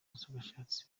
ubushakashatsi